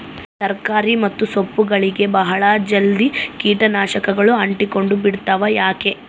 ತರಕಾರಿ ಮತ್ತು ಸೊಪ್ಪುಗಳಗೆ ಬಹಳ ಜಲ್ದಿ ಕೇಟ ನಾಶಕಗಳು ಅಂಟಿಕೊಂಡ ಬಿಡ್ತವಾ ಯಾಕೆ?